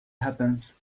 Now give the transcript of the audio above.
happens